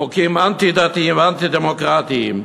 חוקים אנטי-דתיים ואנטי-דמוקרטיים,